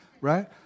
right